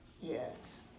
yes